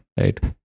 Right